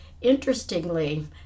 interestingly